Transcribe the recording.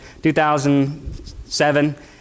2007